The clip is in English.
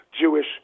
Jewish